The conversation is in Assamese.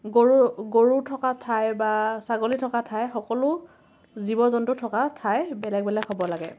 গৰু গৰু থকা ঠাইৰ বা ছাগলী থকা ঠাই সকলো জীৱ জন্তু থকা ঠাই বেলেগ বেলেগ হ'ব লাগে